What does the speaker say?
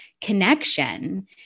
connection